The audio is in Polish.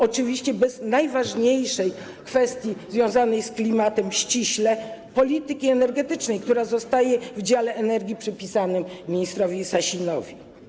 Oczywiście bez najważniejszej kwestii związanej z klimatem ściśle, bez polityki energetycznej, która zostaje w dziale energia przypisanym ministrowi Sasinowi.